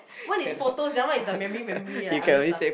one is photos the other one is the memory memory like other stuff